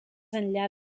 enllà